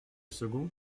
second